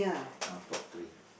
ah top three